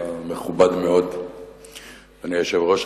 אדוני היושב-ראש,